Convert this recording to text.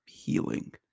Healing